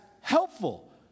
helpful